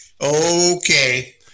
okay